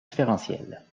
différentielles